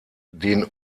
den